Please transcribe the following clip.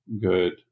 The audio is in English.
good